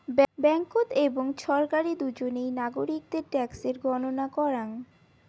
ব্যাঙ্ককোত এবং ছরকারি দুজনেই নাগরিকদের ট্যাক্সের গণনা করাং